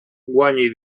guanyi